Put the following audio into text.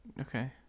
Okay